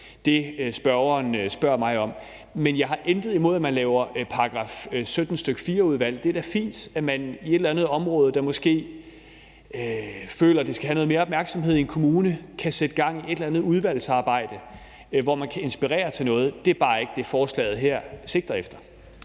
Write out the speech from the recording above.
det, spørgeren spørger mig om. Men jeg har intet imod, at man laver § 17, stk. 4-udvalg. Det er da fint, at man i et eller andet område, der måske føler, at det skal have noget mere opmærksomhed i en kommune, kan sætte gang i et eller andet udvalgsarbejde, hvor man kan inspirere til noget. Det er bare ikke det, forslaget her sigter efter.